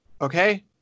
Okay